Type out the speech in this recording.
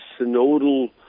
synodal